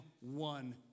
one